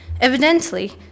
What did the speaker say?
Evidently